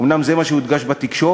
אומנם זה מה שהודגש בתקשורת,